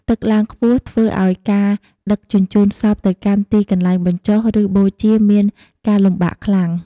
ទឹកឡើងខ្ពស់ធ្វើឲ្យការដឹកជញ្ជូនសពទៅកាន់ទីកន្លែងបញ្ចុះ ឬបូជាមានការលំបាកខ្លាំង។